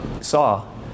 saw